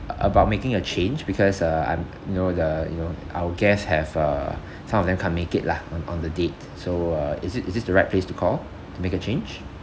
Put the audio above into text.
a~ about making a change because uh I'm know the you know our guests have uh some of them can't make it lah on on the date so uh is it is this the right place to call to make a change